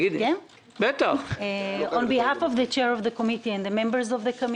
(מתרגמת את דברי היושב-ראש לאנגלית.)